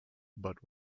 but